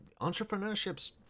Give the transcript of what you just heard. entrepreneurship's